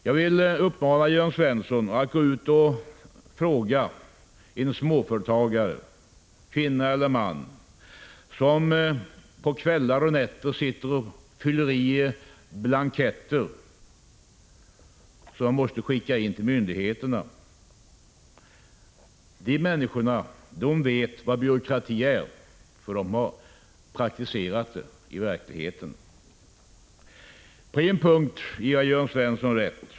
Jag vill uppmana Jörn Svensson att fråga en småföretagare, kvinna eller man, som på kvällar och nätter sitter och fyller i blanketter som måste skickas in till myndigheterna. De människorna vet vad byråkrati är, för de har praktisk erfarenhet av den i verkligheten. På en punkt ger jag Jörn Svensson rätt.